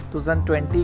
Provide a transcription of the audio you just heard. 2020